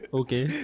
okay